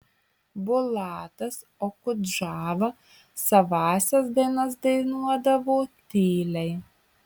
bulatas okudžava savąsias dainas dainuodavo tyliai